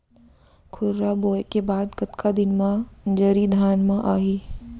खुर्रा बोए के बाद कतका दिन म जरी धान म आही?